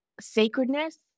sacredness